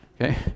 okay